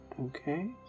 Okay